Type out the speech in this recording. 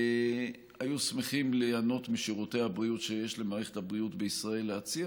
היו שמחים ליהנות משירותי הבריאות שיש למערכת הבריאות בישראל להציע,